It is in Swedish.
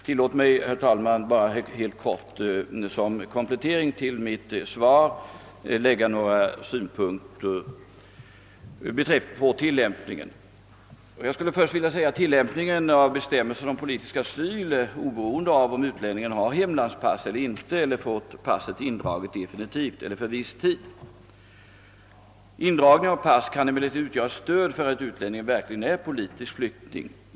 Tillåt mig bara helt kort att som komplettering till mitt svar anföra några synpunkter på tillämpningen. Tillämpningen av bestämmelserna om politisk asyl är oberoende av om utlänningen har hemlandspass eller inte eller fått passet indraget definitivt eller för viss tid. Indragning av pass kan emellertid utgöra stöd för att utlänningen verkligen är politisk flykting.